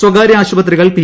സ്വകാര്യ ആശുപത്രികൾ പി